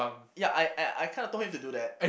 ya I I I kinda told him to do that